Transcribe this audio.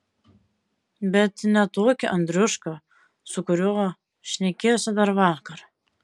bet ne tokį andriušką su kuriuo šnekėjosi dar vakar